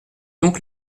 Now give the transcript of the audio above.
donc